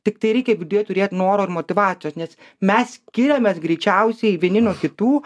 tiktai reikia viduje turėt noro ir motyvacijos nes mes skiriamės greičiausiai vieni nuo kitų